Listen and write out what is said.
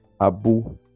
abu